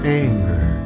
anger